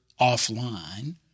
offline